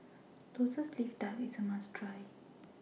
Lotus Leaf Duck IS A must Try